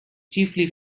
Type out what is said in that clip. chiefly